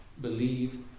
believe